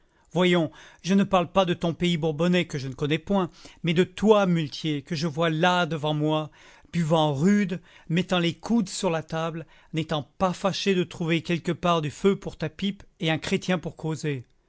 voyons je ne parle pas de ton pays bourbonnais que je ne connais point mais de toi muletier que je vois là devant moi buvant rude mettant les coudes sur la table n'étant pas fâché de trouver quelque part du feu pour ta pipe et un chrétien pour causer